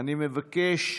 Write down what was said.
אני מבקש,